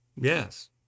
Yes